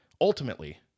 Ultimately